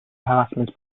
harassment